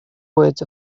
words